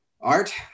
Art